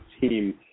team